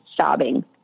sobbing